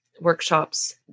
workshops